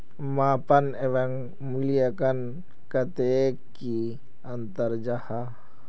मापन एवं मूल्यांकन कतेक की अंतर जाहा?